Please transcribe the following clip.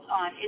on